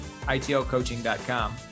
itlcoaching.com